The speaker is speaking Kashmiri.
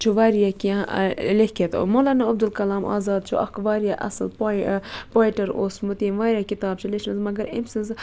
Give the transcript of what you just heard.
چھُ واریاہ کینٛہہ لیٚکھِتھ مولانا عبدُالکلام آزاد چھُ اکھ واریاہ اصل پویٹ پویٹَر اوسمُت یمۍ واریاہ کِتابہٕ چھِ لیٚچھمَژٕ أمہٕ سٕنٛزٕ